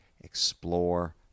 explore